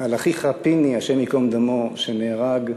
על אחיך פיני, השם ייקום דמו, שנהרג בבקעת-הירדן.